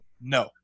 no